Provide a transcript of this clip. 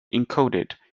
encoded